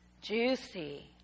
juicy